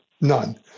None